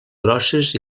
grosses